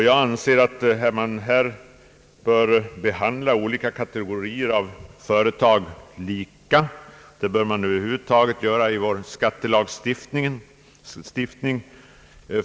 Jag anser att olika kategorier av företag bör behandlas lika.